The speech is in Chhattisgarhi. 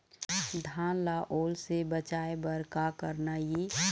धान ला ओल से बचाए बर का करना ये?